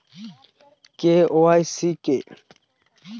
KYC কি?